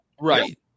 Right